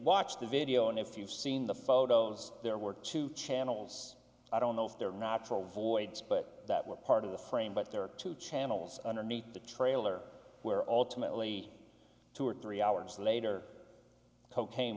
watch the video and if you've seen the photos there were two channels i don't know if they're not troll voids but that were part of the frame but there are two channels underneath the trailer where alternately two or three hours later cocaine